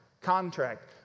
contract